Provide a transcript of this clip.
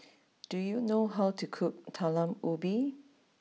do you know how to cook Talam Ubi